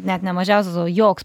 net ne mažiausias o joks